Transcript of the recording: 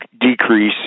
decrease